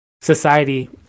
society